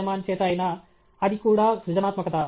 రెహమాన్ చేత అయినా అది కూడా సృజనాత్మకత